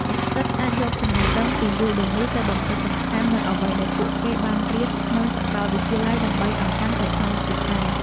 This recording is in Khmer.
និស្សិតអាចយកចំណេះដឹងពីយូដឺមីទៅបំពេញបន្ថែមនូវអ្វីដែលពួកគេបានរៀននៅសាកលវិទ្យាល័យដើម្បីឱ្យកាន់តែខ្លាំងពូកែ។